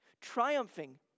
Triumphing